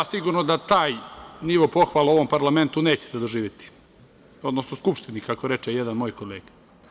Sigurno da taj nivo pohvala u ovom parlamentu nećete doživeti, odnosno Skupštini, kako reče jedan moj kolega.